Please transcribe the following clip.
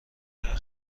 نمی